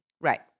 Right